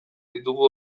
ditugu